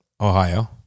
Ohio